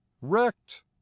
wrecked